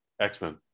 X-Men